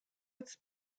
its